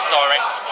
direct